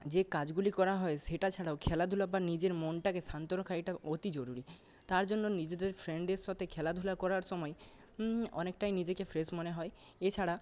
যে কাজগুলি করা হয় সেটা ছাড়াও খেলাধুলা বা নিজের মনটাকে শান্ত রাখা এটা অতি জরুরি তার জন্য নিজেরদের ফ্রেন্ডের সাথে খেলাধুলা করার সময় অনেকটাই নিজেকে ফ্রেশ মনে হয় এছাড়া